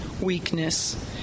weakness